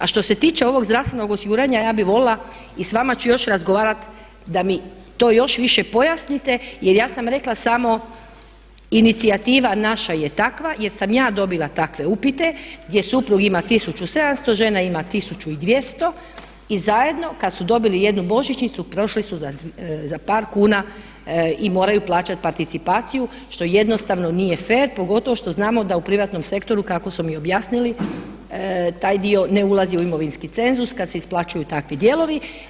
A što se tiče ovog zdravstvenog osiguranja ja bih volila i s vama ću još razgovarati da mi to još više pojasnite, jer ja sam rekla samo inicijativa naša je takva jer sam ja dobila takve upite gdje suprug ima 1700, žena ima 1200 i zajedno kad su dobili jednu božićnicu prošli su za par kuna i moraju plaćati participaciju što jednostavno nije fer, pogotovo što znamo da u privatnom sektoru kako su mi objasnili taj dio ne ulazi u imovinski cenzus kad se isplaćuju takvi dijelovi.